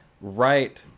right